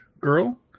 girl